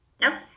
No